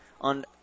On